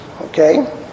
Okay